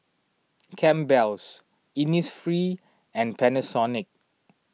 Campbell's Innisfree and Panasonic